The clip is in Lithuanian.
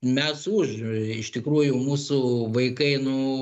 mes už iš tikrųjų mūsų vaikai nu